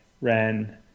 ran